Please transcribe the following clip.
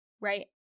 right